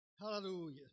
Hallelujah